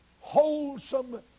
wholesome